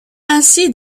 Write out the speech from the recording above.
ainsi